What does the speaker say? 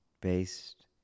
based